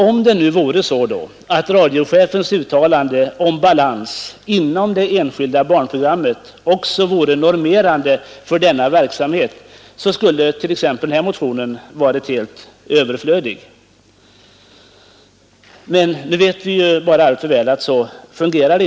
Om det nu vore så att radiochefens uttalande om balans inom det enskilda barnprogrammet också vore normerande för barnprogramsverksamheten, skulle t.ex. den här motionen ha varit helt överflödig, men vi vet bara alltför väl att så är inte fallet.